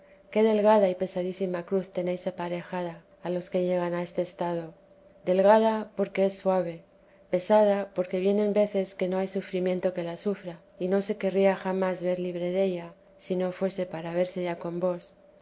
qué delgada y pesadísima cruz tenéis aparejada a los que llegan a este estado delgada porque es suave pesada porque vienen veces que no hay sufrimiento que la sufra y no se querría jamás ver libre della si no fuese para verse ya con vos